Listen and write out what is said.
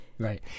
Right